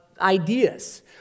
ideas